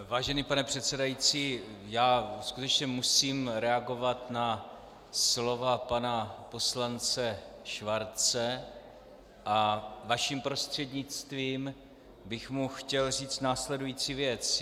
Vážený pane předsedající, já skutečně musím reagovat na slova pana poslance Schwarze a vaším prostřednictvím bych mu chtěl říct následující věc.